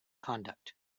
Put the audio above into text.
conduct